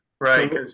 Right